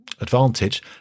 advantage